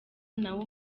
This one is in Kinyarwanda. nawe